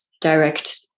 direct